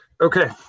Okay